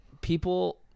people